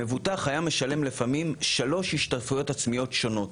מבוטח היה משלם לפעמים שלוש השתתפויות עצמיות שונות.